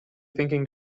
thinking